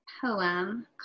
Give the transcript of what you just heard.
poem